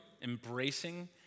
embracing